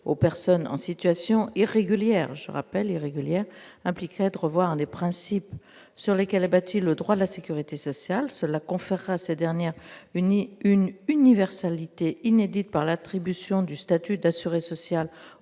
aux personnes en situation irrégulière, impliquerait de revoir l'un des principes sur lesquels est bâti le droit de la sécurité sociale. Cela conférerait à cette dernière une universalité inédite, par l'attribution du statut d'assuré social